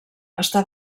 està